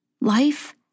Life